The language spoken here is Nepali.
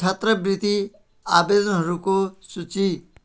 छात्रवृत्ति आवेदनहरूको सूची